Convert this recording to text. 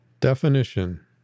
Definition